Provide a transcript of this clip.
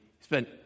spent